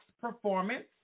performance